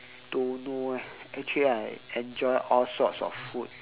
don't know eh actually I enjoy all sorts of food